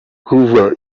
kuva